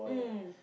mm